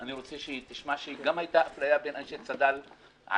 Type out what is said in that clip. אני רוצה שתשמע שהייתה אפליה גם בין אנשי צד"ל עצמם.